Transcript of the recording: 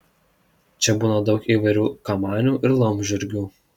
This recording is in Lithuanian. čia būna daug įvairių kamanių ir laumžirgių